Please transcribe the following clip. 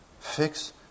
Fix